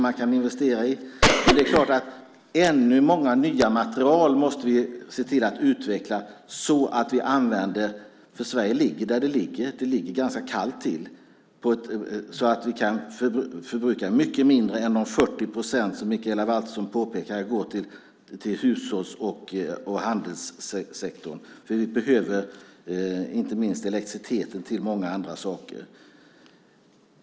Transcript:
Men vi måste se till att utveckla många nya material så att vi förbrukar mycket mindre energi än de 40 procent som Mikaela Valtersson påpekar går till hushålls och handelssektorn. Sverige ligger nämligen där det ligger, där det är ganska kallt. Vi behöver inte minst elektriciteten till många andra saker.